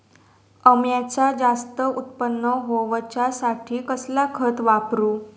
अम्याचा जास्त उत्पन्न होवचासाठी कसला खत वापरू?